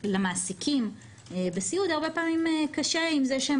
למעסיקים בסיעוד הרבה פעמים קשה עם זה שהם